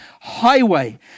highway